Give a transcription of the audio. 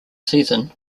season